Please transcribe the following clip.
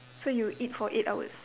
so you eat for eight hours